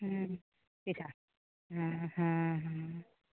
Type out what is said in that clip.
हॅं हॅं हॅं